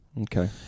Okay